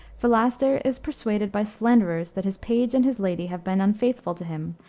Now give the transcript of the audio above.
philaster is persuaded by slanderers that his page and his lady have been unfaithful to him,